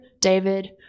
David